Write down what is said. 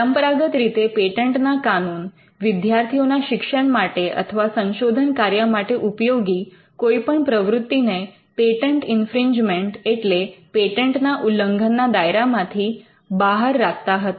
પરંપરાગત રીતે પેટન્ટ ના કાનૂન વિદ્યાર્થીઓના શિક્ષણ માટે અથવા સંશોધન કાર્ય માટે ઉપયોગી કોઈપણ પ્રવૃત્તિ ને પેટન્ટ ઇન્ફ્રિંજમેન્ટ એટલે પેટન્ટ ના ઉલ્લંઘનના દાયરામાંથી બહાર રાખતા હતા